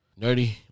nerdy